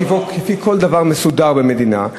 כפי שכל דבר מסודר במדינה,